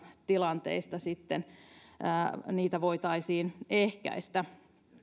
tilanteita sitten voitaisiin ehkäistä